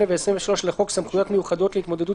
8 ו-23 לחוק סמכויות מיוחדות להתמודדות